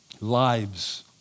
Lives